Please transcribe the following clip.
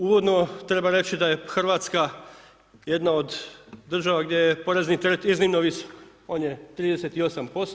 Uvodno treba reći da je Hrvatska jedna od država gdje je porezni teret iznimno visok, on je 38%